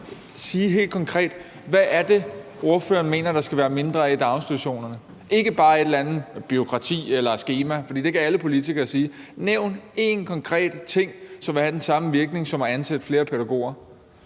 sige helt konkret, hvad det er, ordføreren mener der skal være mindre af i daginstitutionerne, altså ikke bare et eller andet bureaukrati eller skema, for det kan alle politikere sige, men nævn én konkret ting, som vil have den samme virkning som at ansætte flere pædagoger.